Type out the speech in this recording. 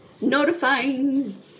notifying